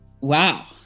Wow